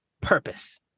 purpose